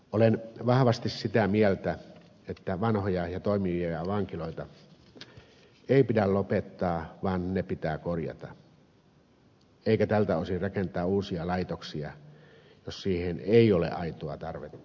olen vahvasti sitä mieltä että vanhoja ja toimivia vankiloita ei pidä lopettaa vaan ne pitää korjata eikä tältä osin rakentaa uusia laitoksia jos siihen ei ole aitoa tarvetta